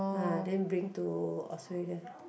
uh then bring to Australia